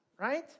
right